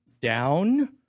down